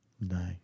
No